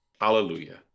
hallelujah